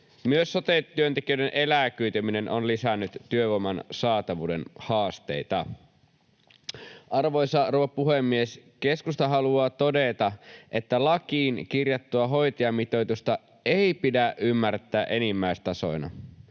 Myös sote-työntekijöiden eläköityminen on lisännyt työvoiman saatavuuden haasteita. Arvoisa rouva puhemies! Keskusta haluaa todeta, että lakiin kirjattua hoitajamitoitusta ei pidä ymmärtää enimmäistasona,